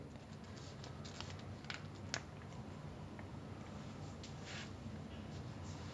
ya because I I in army now right I know nothing about the secret service [one] like